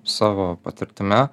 savo patirtimi